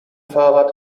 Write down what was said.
fahrrad